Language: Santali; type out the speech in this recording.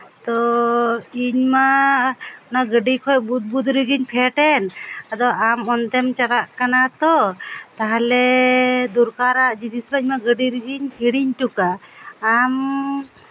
ᱛᱳ ᱤᱧᱢᱟ ᱚᱱᱟ ᱜᱟᱹᱰᱤ ᱠᱷᱚᱡ ᱵᱩᱫᱵᱩᱫ ᱨᱮᱜᱮᱧ ᱯᱷᱮᱰ ᱮᱱ ᱟᱫᱚ ᱟᱢ ᱚᱱᱛᱮᱢ ᱪᱟᱞᱟᱜ ᱠᱟᱱᱟᱛᱚ ᱛᱟᱦᱚᱞᱮ ᱫᱚᱨᱠᱟᱨᱟᱜ ᱡᱤᱱᱤᱥ ᱢᱟ ᱤᱧᱢᱟ ᱜᱟᱹᱰᱤ ᱨᱮᱜᱮᱧ ᱦᱤᱲᱤᱧ ᱦᱚᱴᱚ ᱠᱟᱜ ᱟᱢ